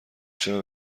چرا